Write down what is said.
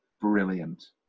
Brilliant